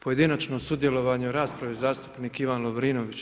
Pojedinačno sudjelovanje u raspravi zastupnik Ivan Lovrinović.